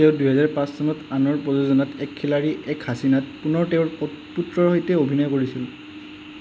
তেওঁ দুহেজাৰ পাঁচ চনত আনৰ প্ৰয়োজনাত এক খিলাড়ী এক হাছিনাত পুনৰ তেওঁৰ পুত পুত্ৰৰ সৈতে অভিনয় কৰিছিল